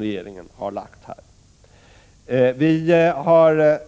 regeringens förslag.